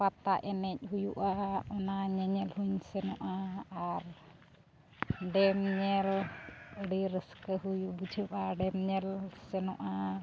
ᱯᱟᱛᱟ ᱮᱱᱮᱡ ᱦᱩᱭᱩᱜᱼᱟ ᱚᱱᱟ ᱧᱮᱧᱮᱞ ᱦᱚᱧ ᱥᱮᱱᱚᱜᱼᱟ ᱟᱨ ᱰᱮᱢ ᱧᱮᱞ ᱟᱹᱰᱤ ᱨᱟᱹᱥᱠᱟᱹ ᱵᱩᱡᱷᱟᱹᱜᱼᱟ ᱰᱮᱢ ᱧᱮᱞ ᱥᱮᱱᱚᱜᱼᱟ